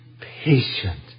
patient